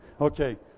Okay